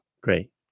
great